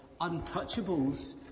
untouchables